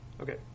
okay